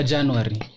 January